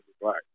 black